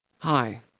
Hi